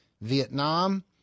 Vietnam